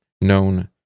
known